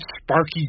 Sparky